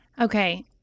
Okay